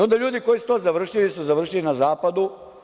Onda ljudi koji su to završili, završili su na zapadu.